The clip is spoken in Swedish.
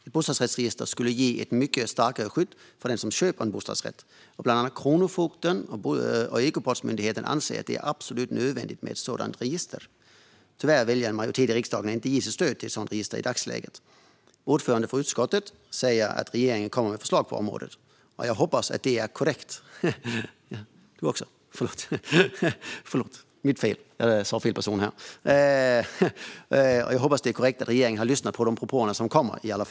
Ett sådant skulle ge ett mycket starkare skydd för den som köper en bostadsrätt. Bland annat Kronofogden och Ekobrottsmyndigheten anser att det är absolut nödvändigt med ett sådant register. Tyvärr väljer en majoritet i riksdagen att i dagsläget inte ge sitt stöd till ett sådant register. Vi hörde tidigare företrädare för utskottet säga att regeringen kommer med förslag på området. Jag hoppas att det är korrekt och att regeringen har lyssnat på våra återkommande propåer.